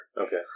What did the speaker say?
Okay